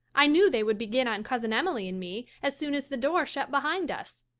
i knew they would begin on cousin emily and me as soon as the door shut behind us.